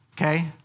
okay